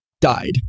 died